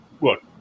Look